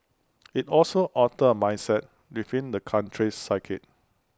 IT also altered A mindset within the country's psyche